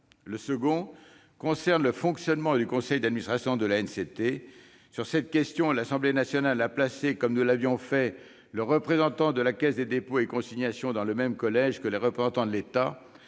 Le second concerne le fonctionnement du conseil d'administration de l'ANCT. L'Assemblée nationale a placé, comme nous l'avions fait, le représentant de la Caisse des dépôts et consignations dans le même collège que les représentants de l'État,